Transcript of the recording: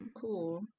cool